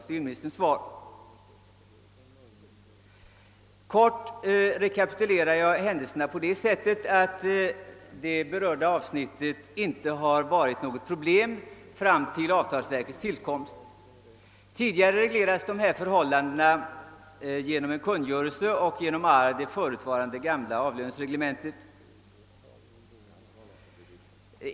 Kortfattat rekapitulerar jag händelserna på det sättet, att det berörda avsnittet inte har varit något problem fram till avtalsverkets tillkomst. Tidigare reglerades dessa förhållanden genom en kungörelse och genom SAAR, det förutvarande avlöningsreglementet.